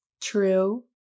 true